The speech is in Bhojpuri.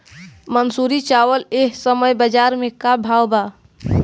मंसूरी चावल एह समय बजार में का भाव बा?